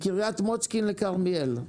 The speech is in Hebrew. מקריית מוצקין לכרמיאל.